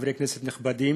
חברי כנסת נכבדים,